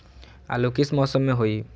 आलू किस मौसम में होई?